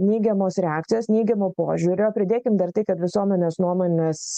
neigiamos reakcijos neigiamo požiūrio pridėkim dar tai kad visuomenės nuomonės